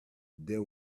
there